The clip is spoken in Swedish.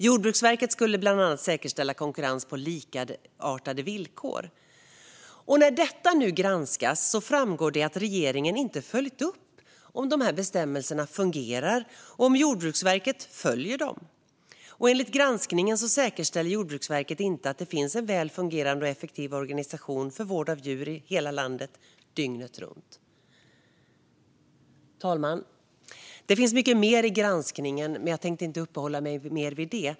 Jordbruksverket skulle bland annat säkerställa konkurrens på likartade villkor. När detta nu har granskats framgår det att regeringen inte har följt upp om bestämmelserna fungerar och om Jordbruksverket följer dem. Enligt granskningen säkerställer inte Jordbruksverket att det finns en väl fungerande och effektiv organisation för vård av djur i hela landet dygnet runt. Fru talman! Det finns mycket mer i granskningen, men jag tänker inte uppehålla mig mer vid det.